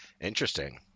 Interesting